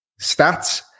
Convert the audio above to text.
stats